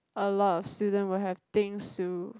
a lot of student will have things to